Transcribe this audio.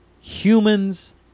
humans